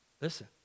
listen